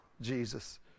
Jesus